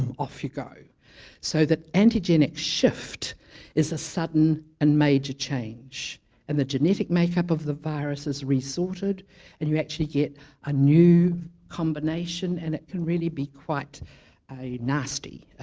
um off you go so that antigenic shift is a sudden and major change and the genetic make up of the virus is re-sorted and you actually get a new combination and it can really be quite a nasty